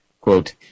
Quote